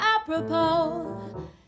apropos